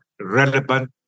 relevant